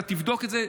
אתה תבדוק את זה,